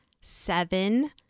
seven